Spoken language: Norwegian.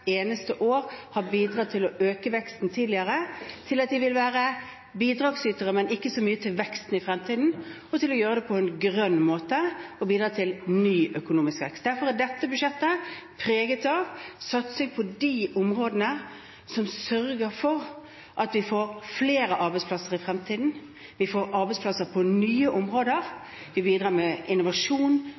eneste år har bidratt til å øke veksten, til at den i fremtiden vil være en bidragsyter, men ikke så mye til veksten, og den andre er at den vil gjøre det på en grønn måte og slik bidra til ny økonomisk vekst. Derfor er dette budsjettet preget av en satsing på de områdene som sørger for at vi får flere arbeidsplasser i fremtiden. Vi får arbeidsplasser på nye områder. Vi bidrar med